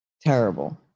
terrible